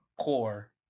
core